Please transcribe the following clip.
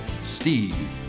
Steve